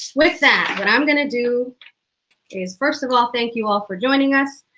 with that what i'm gonna do do is, first of all thank you all for joining us,